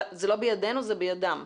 זה לא בידינו, זה בידם.